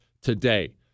today